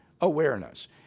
awareness